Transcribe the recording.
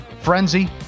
frenzy